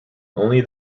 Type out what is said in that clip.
only